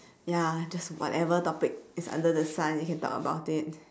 ya just whatever topic is under the sun you can talk about it